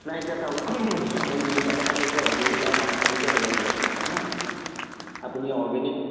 নাই এতিয়া চাওক আপুনি যিকেইটা কথা কৈছে অৰ্গেনিক আৰু মাছৰুম দুইটা বেলেগ বেলেগ কথা হা আপুনি অৰ্গেনিক